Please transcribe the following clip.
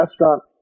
restaurant